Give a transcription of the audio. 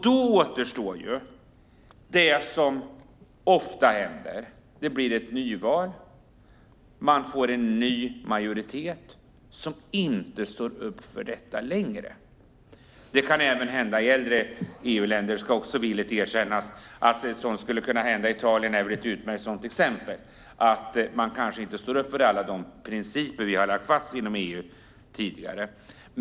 Då återstår det som ofta händer, nämligen att det blir ett nyval och man får en ny majoritet som inte står upp för detta längre. Det kan även hända i äldre EU-länder, det ska villigt erkännas. Att något sådant skulle kunna hända i Italien är väl ett utmärkt sådant exempel på att man kanske inte står upp för alla de principer som vi har lagt fast inom EU tidigare.